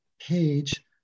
page